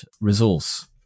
resource